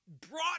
brought